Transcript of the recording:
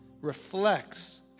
reflects